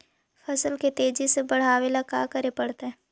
फसल के तेजी से बढ़ावेला का करे पड़तई?